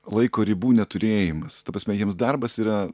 laiko ribų neturėjimas ta prasme jiems darbas yra